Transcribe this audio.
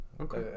okay